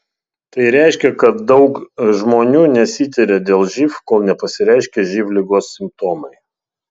tai reiškia kad daug žmonių nesitiria dėl živ kol nepasireiškia živ ligos simptomai